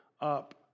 up